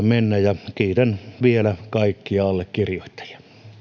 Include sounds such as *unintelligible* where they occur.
*unintelligible* mennä nopeasti ja kiitän vielä kaikkia allekirjoittajia